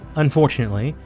unfortunately,